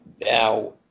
now